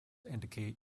indicate